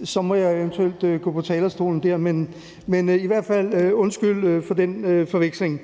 og så må jeg eventuelt gå på talerstolen igen – men i hvert fald undskyld for den forveksling.